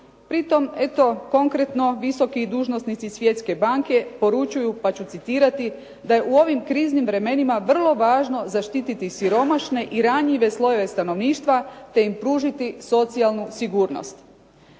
Pri tom eto konkretno, visoki dužnosnici Svjetske banke poručuju, pa ću citirati da je: "u ovim kriznim vremenima vrlo važno zaštititi siromašne i ranjive slojeve stanovništva te im pružiti socijalnu sigurnost."